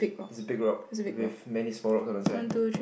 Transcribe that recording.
is a big rock with many small rocks on the side